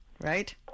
right